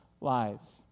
lives